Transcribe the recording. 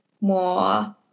more